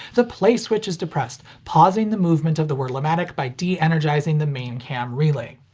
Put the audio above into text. the play switch is depressed, pausing the movement of the wurlamatic by de-energizing the main cam relay.